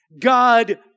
God